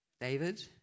David